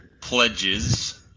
pledges